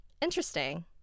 Interesting